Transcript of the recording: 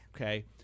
Okay